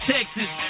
Texas